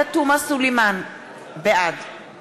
בעד